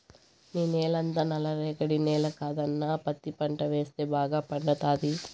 నీ నేలంతా నల్ల రేగడి నేల కదన్నా పత్తి పంట వేస్తే బాగా పండతాది